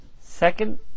second